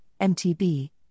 MTB